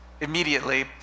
immediately